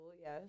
Yes